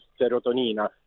serotonina